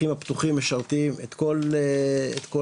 השטחים הפתוחים משרתים את כל האזרחים,